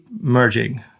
merging